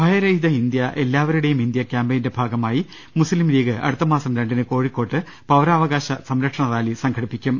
ഭയരഹിത India എല്ലാവരുടെയും India കാമ്പയിന്റെ ഭാഗമായി മുസ്ലിംലീഗ് അടുത്ത മാസം രണ്ടിന് കോഴിക്കോട്ട് പൌരാവകാശ സംരക്ഷണ റാലി സംഘടിപ്പിക്കും